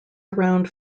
around